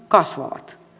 kasvavat